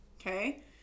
Okay